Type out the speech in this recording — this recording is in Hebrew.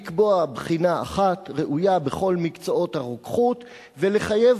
לקבוע בחינה אחת ראויה בכל מקצועות הרוקחות ולחייב